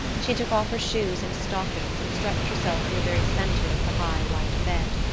she took off her shoes and stockings and stretched herself in the very center of the high, white bed.